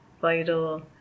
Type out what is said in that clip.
vital